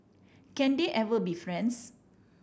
can they ever be friends